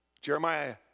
Jeremiah